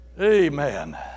Amen